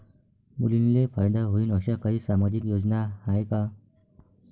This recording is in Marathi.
मुलींले फायदा होईन अशा काही सामाजिक योजना हाय का?